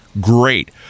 Great